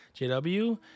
JW